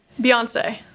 Beyonce